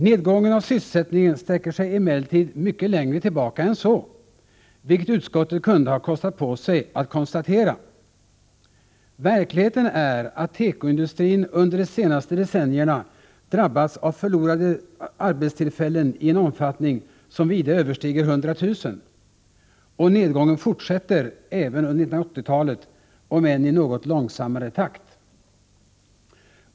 Nedgången i sysselsättningen sträcker sig emellertid mycket längre tillbaka än så, vilket utskottet kunde ha kostat på sig att konstatera. Verkligheten är att tekoindustrin under de senaste decennierna drabbats av förlorade arbetstillfällen i en omfattning som vida överstiger 100 000. Och nedgången fortsätter även under 1980-talet, om än i något långsammare takt.